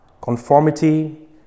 conformity